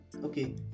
Okay